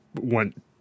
went